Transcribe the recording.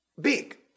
big